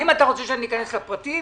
אם אתה רוצה שאני אכנס לפרטים,